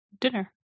dinner